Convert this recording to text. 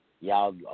Y'all